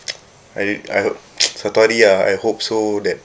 I I hope satu hari ah I hope so that